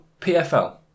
PFL